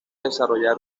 desarrollar